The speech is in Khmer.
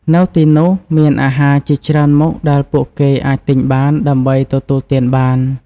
នៅទីនោះ មានអាហារជាច្រើនមុខដែលពួកគេអាចទិញបាន ដើម្បីទទួលទានបាន។